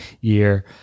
year